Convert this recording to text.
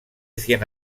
cien